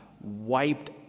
wiped